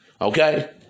okay